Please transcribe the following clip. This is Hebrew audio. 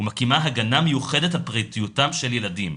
ומקימה הגנה מיוחדת על פרטיותם של ילדים,